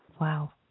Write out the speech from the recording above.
Wow